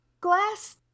glass